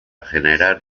generar